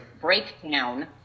breakdown